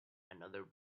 another